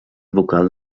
vocal